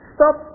Stop